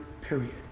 period